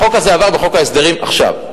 החוק הזה עבר בחוק ההסדרים עכשיו.